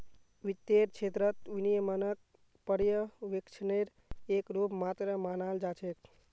वित्तेर क्षेत्रत विनियमनक पर्यवेक्षनेर एक रूप मात्र मानाल जा छेक